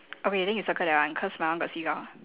okay then you circle that one cause my one got seagull